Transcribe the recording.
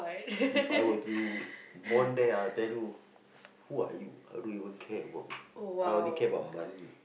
If I were to born there ah I tell you who are you I don't even care about I only care about money